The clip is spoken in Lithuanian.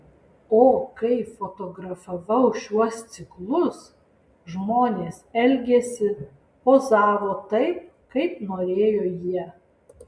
o kai fotografavau šiuos ciklus žmonės elgėsi pozavo taip kaip norėjo jie